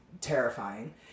terrifying